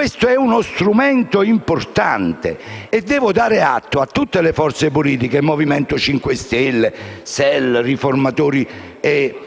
esame è uno strumento importante e devo dare atto a tutte le forze politiche (Movimento 5 Stelle, Sinistra Italiana,